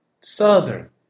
Southern